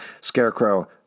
Scarecrow